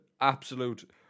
absolute